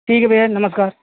ठीक है भैया नमस्कार